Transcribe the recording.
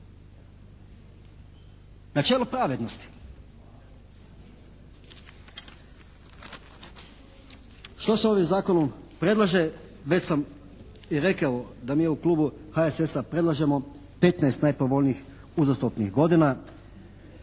Načelo pravednosti. Što se ovim Zakonom predlaže već sam i rekel da mi u klubu HSS-a predlažemo 15 najpovoljnijih uzastopnih godina